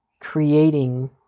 creating